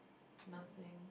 nothing